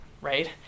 right